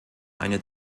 eine